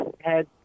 head